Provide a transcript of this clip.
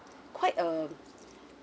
quite a